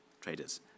traders